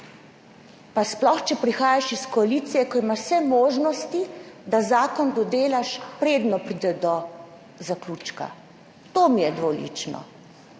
sploh pa, če prihajaš iz koalicije, ko imaš vse možnosti, da zakon dodelaš, preden pride do zaključka. To mi je dvolično.